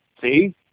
See